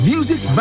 Music